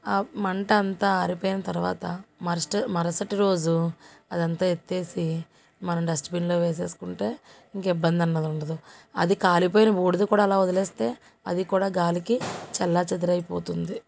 ఆ మంట అంతా ఆరిపోయిన తర్వాత మరస్ట్ మరుసటిరోజు అదంతా ఎత్తేసి మనం డస్ట్బిన్లో వేసేసుకుంటే ఇంక ఇబ్బంది అన్నది ఉండదు అది కాలిపోయిన బూడిద కూడా అలా వదిలేస్తే అది కూడా గాలికి చల్లా చదురైపోతుంది